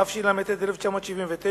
התשל"ט 1979,